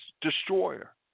destroyer